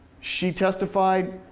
she testified.